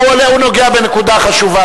הוא נוגע בנקודה חשובה,